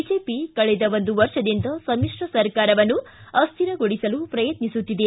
BJP ಕಳೆದ ಒಂದು ವರ್ಷದಿಂದ ಸಮಿಶ್ರ ಸರ್ಕಾರವನ್ನು ಅಸ್ಕಾರಗೊಳಿಸಲು ಪ್ರಯತ್ನಿಸುತ್ತಿದೆ